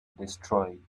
destroyed